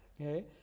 Okay